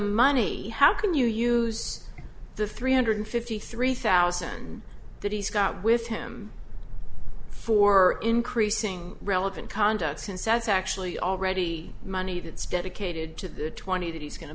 money how can you use the three hundred fifty three thousand that he's got with him for increasing relevant conduct since that's actually already money that's dedicated to the twenty that he's going to